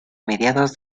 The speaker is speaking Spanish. mediados